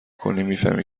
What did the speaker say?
کنی، میفهمی